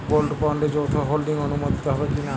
Gold বন্ডে যৌথ holding অনুমোদিত হবে কিনা?